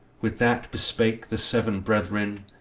with that bespake the seven brethren,